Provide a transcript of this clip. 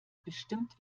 bestimmt